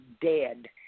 dead